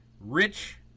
Rich